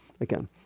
again